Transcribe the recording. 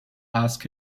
ask